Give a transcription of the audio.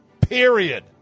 Period